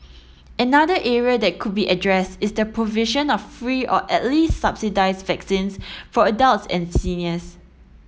another area that could be addressed is the provision of free or at least subsidised vaccines for adults and seniors